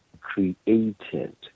created